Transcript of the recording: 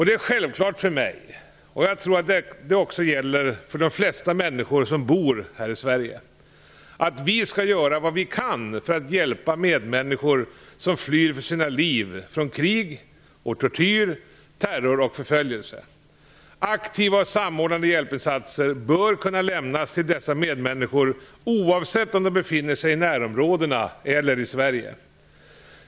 Det är självklart för mig - och jag tror att detta också gäller för de flesta människor som bor i Sverige - att vi skall göra vad vi kan för att hjälpa medmänniskor som flyr för sina liv, från krig och tortyr, terror och förföljelse. Aktiva och samordnade hjälpinsatser bör kunna lämnas till dessa medmänniskor oavsett om de befinner sig i närområdena eller i Sverige.